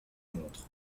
montre